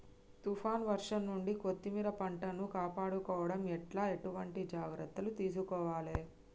తుఫాన్ వర్షం నుండి కొత్తిమీర పంటను కాపాడుకోవడం ఎట్ల ఎటువంటి జాగ్రత్తలు తీసుకోవాలే?